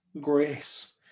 Grace